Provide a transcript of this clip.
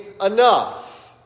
enough